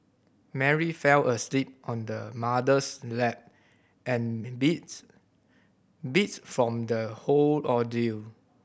Mary fell asleep on her mother's lap and beats beats from the whole ordeal